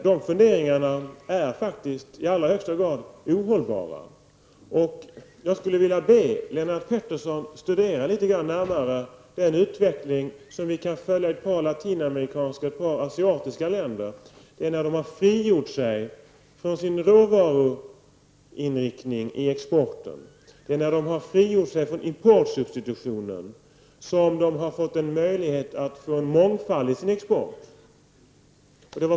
De funderingarna är faktiskt i allra högsta grad ohållbara. Jag skulle vilja be Lennart Pettersson att litet närmare studera den utveckling som vi kan följa i ett par latinamerikanska och asiatiska länder. Det är när de har frigjort sig från sin råvaruinriktning i exporten och från importsubstitutionen som de har fått möjlighet till mångfald i sin export.